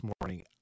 morning